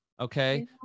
Okay